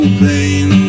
pain